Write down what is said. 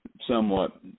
somewhat